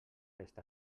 està